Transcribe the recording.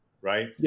right